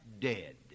dead